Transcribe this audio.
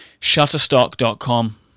Shutterstock.com